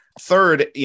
Third